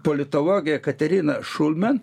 politologė katerina šulmen